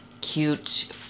cute